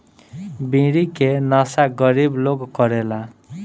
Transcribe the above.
बीड़ी के नशा गरीब लोग करेला